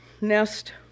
nest